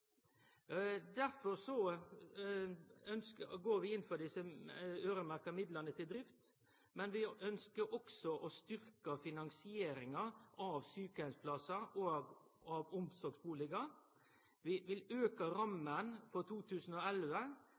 Derfor går vi inn for desse øyremerkte midlane til drift, men vi ønskjer også å styrkje finansieringa av sjukeheimsplassar og omsorgsbustader. Vi vil auke ramma for 2011